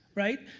right?